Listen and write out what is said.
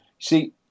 See